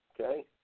okay